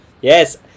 Yes